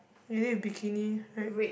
lady with bikini right